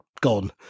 gone